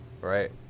right